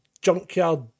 junkyard